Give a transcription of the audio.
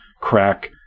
crack